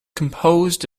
composed